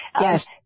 Yes